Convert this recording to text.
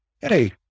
hey